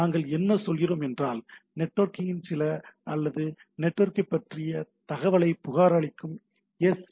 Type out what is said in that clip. நாங்கள் என்ன சொல்கிறோம் என்றால் நெட்வொர்க்கின் நிலை அல்லது நெட்வொர்க் பற்றிய தகவலைப் புகாரளிக்கும் எஸ்